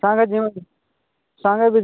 ସାଙ୍ଗେ ଯିମୁ ସାଙ୍ଗେ ବି ଯିମୁ